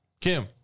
Kim